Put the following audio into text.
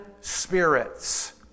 spirits